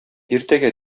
иртәгә